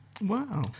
Wow